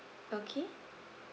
okay